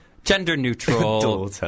Gender-neutral